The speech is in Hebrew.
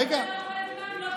רגע, אתה לא חלק מהעם?